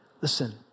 Listen